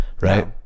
right